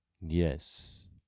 Yes